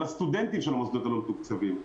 על הסטודנטים של המוסדות הלא מתוקצבים,